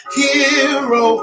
hero